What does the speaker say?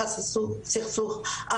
את המשך הסכסוך,